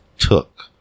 took